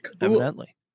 Evidently